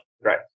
right